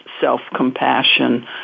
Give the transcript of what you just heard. self-compassion